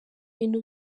bintu